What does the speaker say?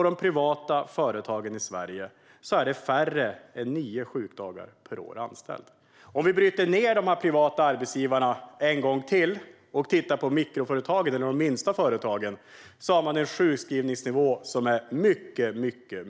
De privata företagen i Sverige har i stället färre än nio sjukdagar per år och anställd. Om vi bryter ned de privata arbetsgivarna en gång till och tittar på mikroföretagen, eller de minsta företagen, ser vi att de har en sjukskrivningsnivå som är mycket låg.